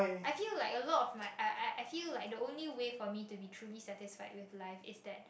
I feel like a lot of like I I I feel like the only way for me to be truly satisfy with life is that